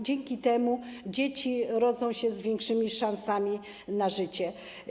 Dzięki temu dzieci rodzą się z większymi szansami na życie.